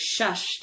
shushed